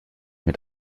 mit